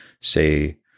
say